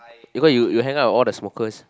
eh why you you hang out with all the smokers